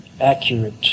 accurate